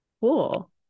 Cool